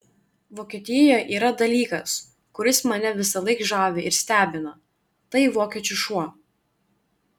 vokietijoje yra dalykas kuris mane visąlaik žavi ir stebina tai vokiečių šuo